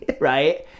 right